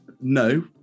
No